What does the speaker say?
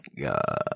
God